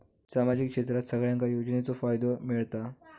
सामाजिक क्षेत्रात सगल्यांका योजनाचो फायदो मेलता?